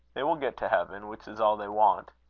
they will get to heaven, which is all they want.